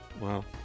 Wow